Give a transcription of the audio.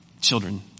Children